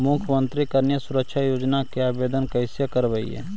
मुख्यमंत्री कन्या सुरक्षा योजना के आवेदन कैसे करबइ?